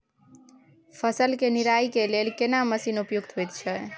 फसल के निराई के लेल केना मसीन उपयुक्त होयत छै?